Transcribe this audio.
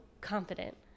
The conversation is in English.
confident